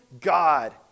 God